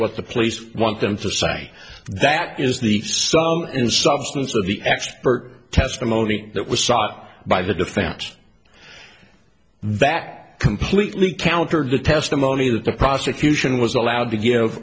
what the police want them to say that is the son in substance of the expert testimony that was shot by the defense that completely countered the testimony that the prosecution was allowed to give